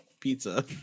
pizza